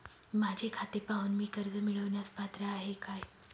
माझे खाते पाहून मी कर्ज मिळवण्यास पात्र आहे काय?